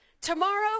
Tomorrow